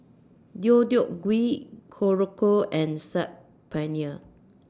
Deodeok Gui Korokke and Saag Paneer